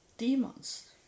demons